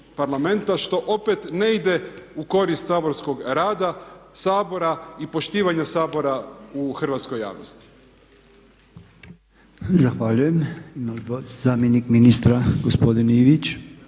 što opet ne ide u korist saborskog rada Sabora i poštivanja Sabora u hrvatskoj javnosti. **Podolnjak, Robert (MOST)** Zahvaljujem. Zamjenik ministra gospodin Ivić.